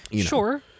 Sure